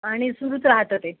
आणि सुरूच राहतं ते